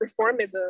reformism